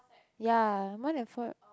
ya more than four